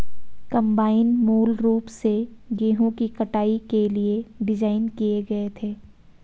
combine मूल रूप से गेहूं की कटाई के लिए डिज़ाइन किए गए थे